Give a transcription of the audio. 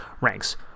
ranks